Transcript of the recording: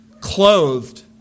clothed